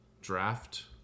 draft